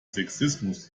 sexismus